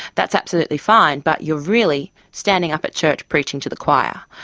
that's absolutely fine, but you are really standing up at church preaching to the choir.